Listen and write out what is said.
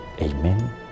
Amen